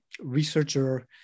researcher